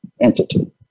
entity